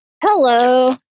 Hello